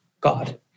God